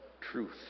truth